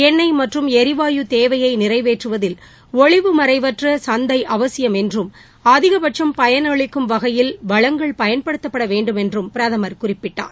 எண்ணெய் மற்றும் எரிவாயு தேவையைநிறைவேற்றுவதில் ஒளிவு மறைவற்றசந்தைஅவசியம் என்றும் அதிகபட்சும் பயன் அளிக்கும் வகையில் வளங்கள் பயன்படுத்தப்படவேண்டும் என்றும் பிரதமர் குறிப்பிட்டார்